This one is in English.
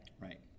Right